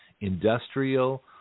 industrial